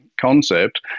concept